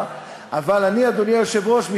תודה לך, אדוני היושב-ראש.